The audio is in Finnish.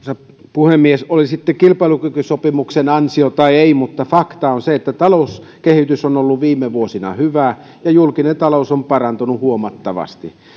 puhemies oli sitten kilpailukykysopimuksen ansiota tai ei mutta fakta on se että talouskehitys on ollut viime vuosina hyvä ja julkinen talous on parantunut huomattavasti